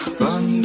run